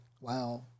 wow